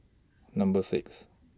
Number six